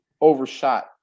overshot